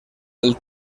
del